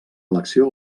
elecció